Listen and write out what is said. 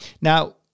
Now